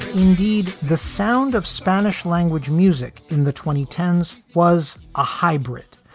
indeed, the sound of spanish language music in the twenty ten s was a hybrid,